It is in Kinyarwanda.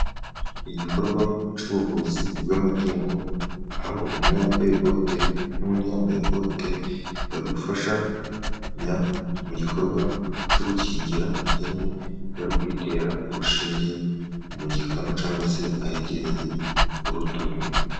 Igikorwa cy'ubuvuzi bw'amatungo aho umwe yambaye bote n'undi yambaye bote, bari gufashanya mu gikorwa cyo gukingira ihene bari kuyitera urushinge mu gikanu, cyangwa se ahegereye urutugu.